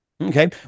Okay